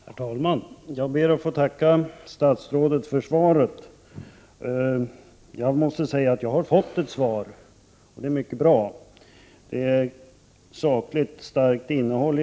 Herr talman! Jag ber att få tacka statsrådet för svaret. Jag måste säga att jag har fått ett mycket bra svar. Det är sakligt och har ett starkt innehåll.